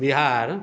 Bihar